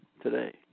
today